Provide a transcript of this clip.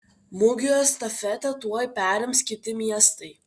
mugių estafetę tuoj perims kiti miestai